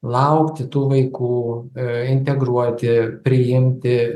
laukti tų vaikų ee integruoti priimti